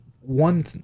one